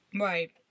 right